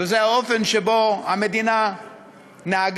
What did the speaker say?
וזה האופן שבו המדינה נהגה,